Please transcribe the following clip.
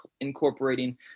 incorporating